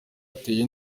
uteye